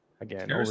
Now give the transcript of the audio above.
Again